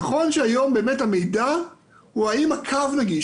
נכון שהיום המידע הוא האם הקו נגיש.